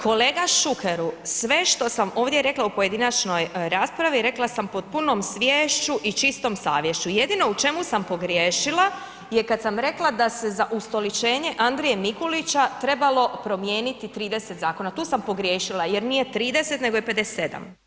Kolega Šukeru, sve što sam ovdje rekla u pojedinačnoj raspravi rekla sam pod punom sviješću i čistom savješću jedino u čemu sam pogriješila je kad sam rekla da se za ustoličenje Andrije Mikulića trebalo promijenit 30 zakona, tu sam pogriješila jer nije 30 nego je 57.